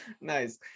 Nice